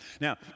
Now